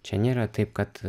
čia nėra taip kad